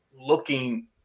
looking –